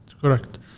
Correct